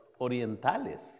orientales